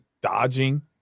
dodging